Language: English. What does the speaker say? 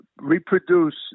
reproduce